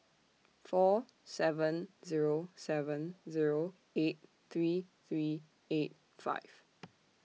four seven Zero seven Zero eight three three eight five